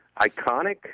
iconic